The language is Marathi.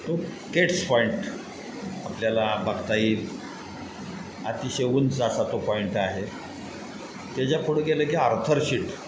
तो केट्स पॉईंट आपल्याला बघता येईल अतिशय उंच असा तो पॉईंट आहे त्याच्यापुढं गेलं की आर्थर शीट